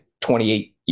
28